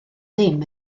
ddim